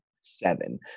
Seven